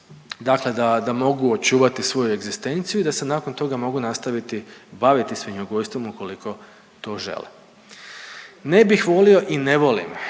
dakle da mogu očuvati svoju egzistenciju i da se nakon toga mogu nastaviti baviti svinjogojstvom ukoliko to žele. Ne bih volio i ne volim